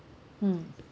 mm